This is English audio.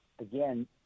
again